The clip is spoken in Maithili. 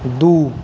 दुइ